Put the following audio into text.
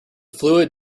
fluid